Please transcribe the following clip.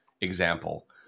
example